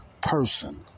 person